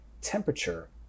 temperature